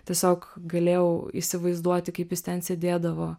tiesiog galėjau įsivaizduoti kaip jis ten sėdėdavo